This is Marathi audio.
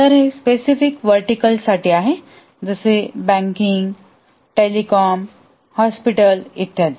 तर हे स्पेसिफिक व्हर्टीकल्ससाठी आहे जसे बँकिंग टेलिकॉम हॉस्पिटल इत्यादी